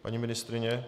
Paní ministryně?